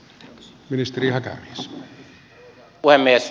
arvoisa puhemies